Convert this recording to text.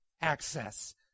access